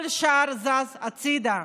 כל השאר זז הצידה.